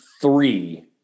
three